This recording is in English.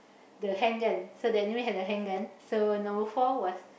the handgun so the enemy has a handgun so number four was